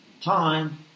time